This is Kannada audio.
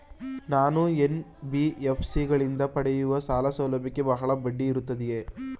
ನಾನು ಎನ್.ಬಿ.ಎಫ್.ಸಿ ಗಳಿಂದ ಪಡೆಯುವ ಸಾಲ ಸೌಲಭ್ಯಕ್ಕೆ ಬಹಳ ಬಡ್ಡಿ ಇರುತ್ತದೆಯೇ?